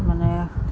মানে